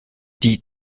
die